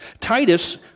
Titus